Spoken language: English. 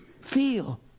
feel